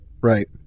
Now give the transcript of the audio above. Right